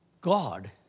God